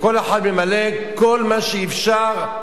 וכל אחד ממלא כל מה שאפשר,